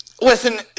Listen